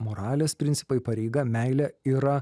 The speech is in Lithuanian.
moralės principai pareiga meilė yra